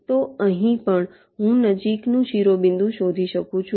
તો અહીં પણ હું નજીકનું શિરોબિંદુ શોધી શકું છું